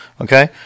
Okay